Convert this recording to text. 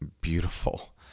beautiful